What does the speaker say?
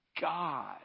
God